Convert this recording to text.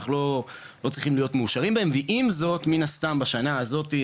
אנחנו לא צריכים להיות מאושרים בהם ועם זאת מן הסתם בשנה הזאתי,